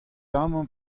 amañ